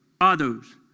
others